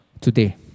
today